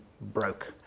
broke